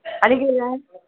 आनी किदें जाय